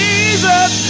Jesus